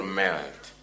melt